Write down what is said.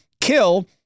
kill